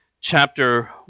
chapter